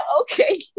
Okay